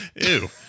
Ew